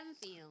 feel